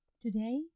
Today